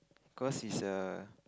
cause is a